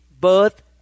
birth